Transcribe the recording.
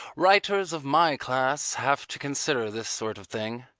writers of my class have to consider this sort of thing.